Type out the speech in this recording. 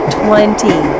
twenty